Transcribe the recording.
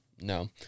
No